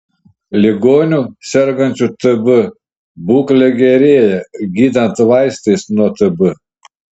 ligonių sergančių tb būklė gerėja gydant vaistais nuo tb